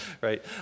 right